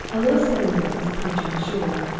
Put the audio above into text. a little sailing-boat was approaching the shore.